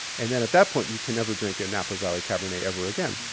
and then at that point, you can never drink a napa valley cabernet ever again.